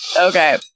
Okay